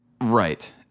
Right